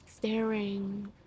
staring